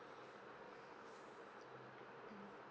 mm